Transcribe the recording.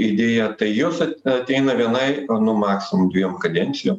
idėja tai jos ateina vienai nu maksimum dviem kadencijom